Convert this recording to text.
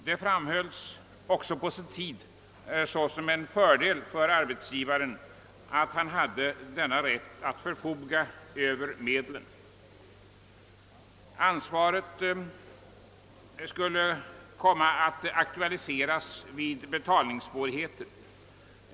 Det framhölls också på sin tid att det var en fördel för arbetsgivaren att han hade denna rätt att förfoga över medlen. Ansvaret skulle komma att aktualiseras vid betalningssvårigheter.